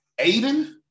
Aiden